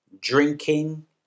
drinking